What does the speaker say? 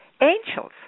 angels